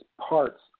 parts